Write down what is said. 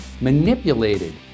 Manipulated